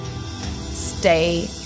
Stay